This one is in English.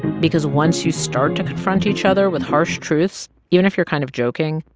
because once you start to confront each other with harsh truths, even if you're kind of joking,